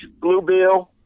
bluebill